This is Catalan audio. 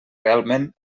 realment